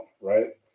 right